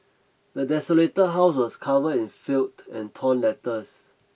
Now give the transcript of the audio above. the desolated house was covered in and torn letters